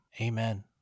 amen